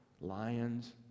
lions